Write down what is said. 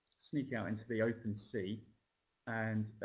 sneak out into the open sea and